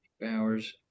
Bowers